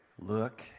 Look